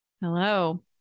Hello